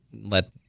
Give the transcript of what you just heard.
let